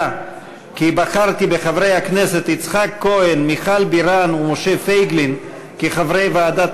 החוקה, חוק ומשפט של הכנסת